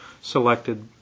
selected